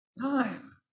time